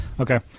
Okay